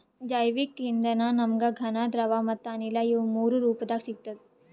ಜೈವಿಕ್ ಇಂಧನ ನಮ್ಗ್ ಘನ ದ್ರವ ಮತ್ತ್ ಅನಿಲ ಇವ್ ಮೂರೂ ರೂಪದಾಗ್ ಸಿಗ್ತದ್